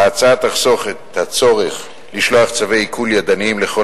ההצעה תחסוך את הצורך לשלוח צווי עיקול ידניים לכל